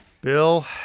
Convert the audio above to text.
Bill